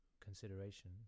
consideration